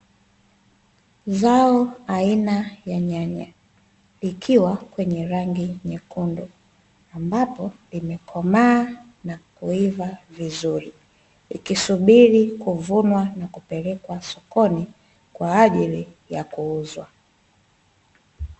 Zao aina ya nyanya likiwa kwenye rangi nyekundu, ambapo limekomaa na kuiva vizuri, likisubiri kuvunwa na kupelekwa sokoni kwa ajili ya kuuzwa.